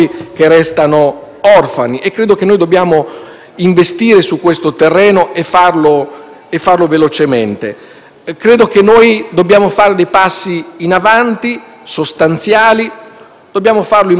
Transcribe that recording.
investire su questo terreno, e farlo velocemente. Noi dobbiamo fare dei passi in avanti sostanziali e dobbiamo farli in modo trasversale. Questo non può essere